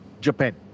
Japan